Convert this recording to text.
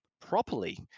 properly